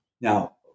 Now